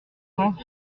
cent